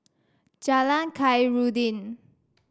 Jalan Khairuddin